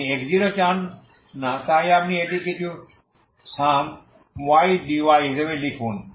আপনি x0চান না তাই আপনি এটি কিছু some y dy হিসাবে লিখুন